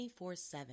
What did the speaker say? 24-7